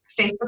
Facebook